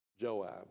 Joab